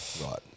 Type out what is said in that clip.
Right